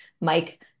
Mike